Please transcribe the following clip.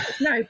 No